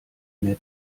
mehr